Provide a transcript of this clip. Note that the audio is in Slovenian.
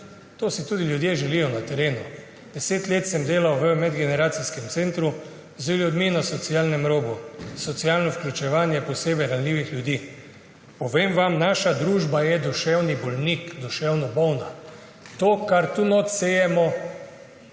To si tudi ljudje želijo na terenu. 10 let sem delal v medgeneracijskem centru z ljudmi na socialnem robu, socialno vključevanje posebej ranljivih ljudi. Povem vam, naša družba je duševni bolnik, duševno bolna. To, kar tu notri sejemo,